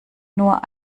nur